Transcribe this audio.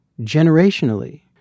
generationally